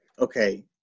okay